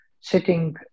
sitting